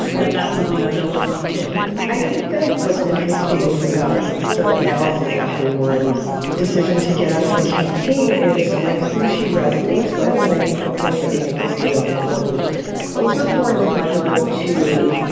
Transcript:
that that's something that they'll look on to i think that what's interesting about the analysis after warren's decision to get out of the campaign is like who she resonates with. and i think the point that you make, christine, is important elizabeth warren is legible, too.